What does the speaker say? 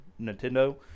Nintendo